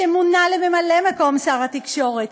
שמונה לממלא-מקום שר התקשורת,